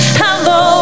hello